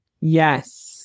yes